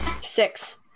Six